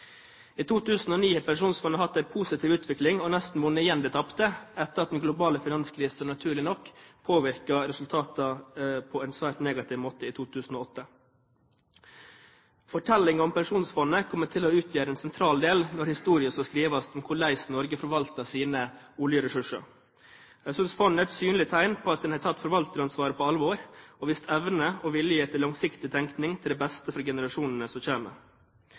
I 2009 har pensjonsfondet hatt en positiv utvikling og nesten vunnet igjen det tapte etter at den globale finanskrisen naturlig nok påvirket resultatene på en svært negativ måte i 2008. Fortellingen om pensjonsfondet kommer til å utgjøre en sentral del når historien skal skrives om hvordan Norge forvaltet sine oljeressurser. Jeg synes fondet er et synlig tegn på at en har tatt forvalteransvaret på alvor og vist evne og vilje til langsiktig tenkning til beste for generasjonene som